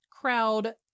crowd